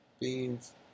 beans